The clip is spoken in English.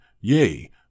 yea